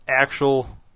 actual